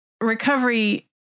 recovery